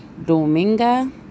dominga